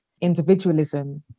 individualism